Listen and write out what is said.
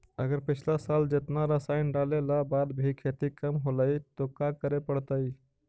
अगर पिछला साल जेतना रासायन डालेला बाद भी खेती कम होलइ तो का करे पड़तई?